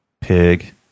pig